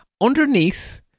Underneath